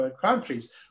countries